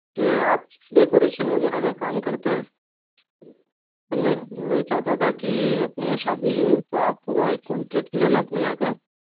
के आप डेकोरेशन वगैरह का काम करते हैं तो मैं मैं चाहता था कि अपने यहाँ शादी है तो आप पूरा एक कांट्रॅक्ट ले लें अपने यहाँ का